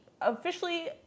officially